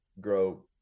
grow